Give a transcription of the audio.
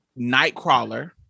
Nightcrawler